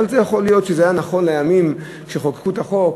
יכול להיות שזה היה נכון לימים שבהם חוקקו את החוק,